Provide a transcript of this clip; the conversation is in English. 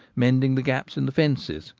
mending the gaps in the fences,